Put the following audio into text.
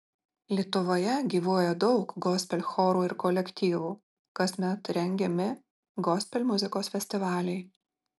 lietuvoje gyvuoja daug gospel chorų ir kolektyvų kasmet rengiami gospel muzikos festivaliai